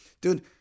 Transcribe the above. Dude